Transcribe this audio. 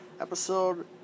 episode